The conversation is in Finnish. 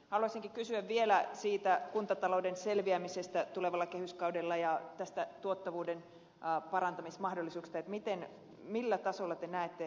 haluaisinkin kysyä vielä siitä kuntatalouden selviämisestä tulevalla kehyskaudella ja tästä tuottavuuden parantamismahdollisuuksista että millä tasolla te näette realismin tässä